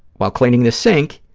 while cleaning the sink,